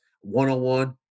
one-on-one